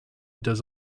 does